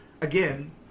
again